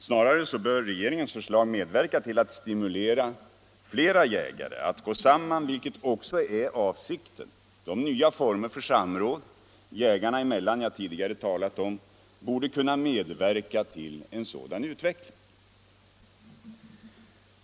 Snarare bör regeringens förslag medverka till att stimulera flera jägare att gå samman, vilket också är avsikten. De nya former för samråd jägarna emellan som jag tidigare talat om borde kunna medverka till en sådan utveckling.